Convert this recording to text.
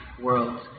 world